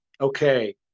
okay